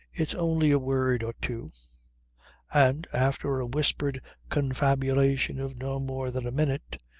it's only a word or two and after a whispered confabulation of no more than a minute,